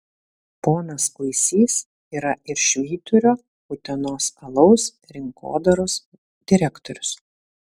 ponas kuisys yra ir švyturio utenos alaus rinkodaros direktorius